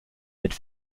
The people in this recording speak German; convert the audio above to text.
mit